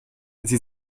sie